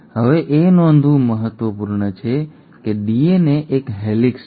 હવે એ નોંધવું મહત્વપૂર્ણ છે કે ડીએનએ એક હેલિક્સ છે